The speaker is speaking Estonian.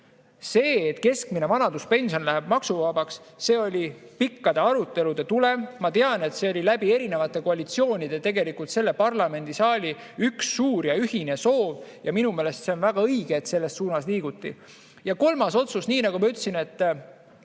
See, et keskmine vanaduspension läheb maksuvabaks, oli pikkade arutelude tulem. Ma tean, et see oli läbi erinevate koalitsioonide tegelikult selle parlamendisaali üks suur ja ühine soov. Minu meelest on väga õige, et selles suunas liiguti. Ja kolmas otsus – nii nagu ma ütlesin –,